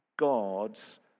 God's